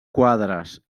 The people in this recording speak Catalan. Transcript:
quadres